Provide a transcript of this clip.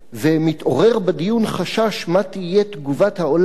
ומתעורר בדיון חשש מה תהיה תגובת העולם.